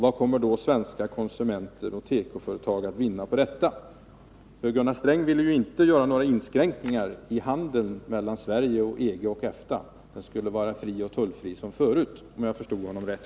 Vad kommer då svenska konsumenter och tekoföretag att vinna på detta? Gunnar Sträng ville ju inte göra några inskränkningar i handeln mellan Sverige och EG och EFTA. Den skulle vara fri och tullfri som förut, om jag förstod honom rätt.